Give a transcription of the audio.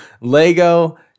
Lego